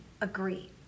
agree